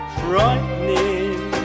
frightening